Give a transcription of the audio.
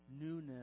newness